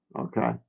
Okay